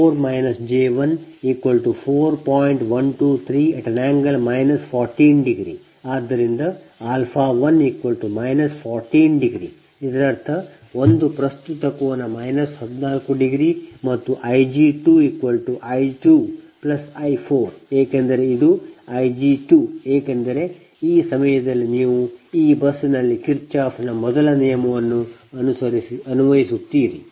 ಆದ್ದರಿಂದ 1 14 ಇದರರ್ಥ ಒಂದು ಪ್ರಸ್ತುತ ಕೋನ 14 ಮತ್ತು I g2 I 2 I 4 ಏಕೆಂದರೆ ಇದು I g2 ಏಕೆಂದರೆ ಈ ಸಮಯದಲ್ಲಿ ನೀವು ಈ ಬಸ್ನಲ್ಲಿ ಕಿರ್ಚಾಫ್ನ ಮೊದಲ ನಿಯಮವನ್ನು ಅನ್ವಯಿಸುತ್ತೀರಿ